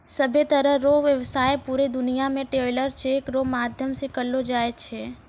सभ्भे तरह रो व्यवसाय पूरे दुनियां मे ट्रैवलर चेक रो माध्यम से करलो जाय छै